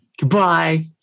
Goodbye